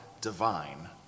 divine